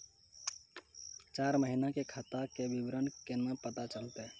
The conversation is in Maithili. चार महिना के खाता के विवरण केना पता चलतै?